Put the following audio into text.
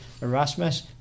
Erasmus